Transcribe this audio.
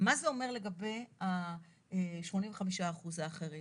מה זה אומר לגבי ה-85% האחרים?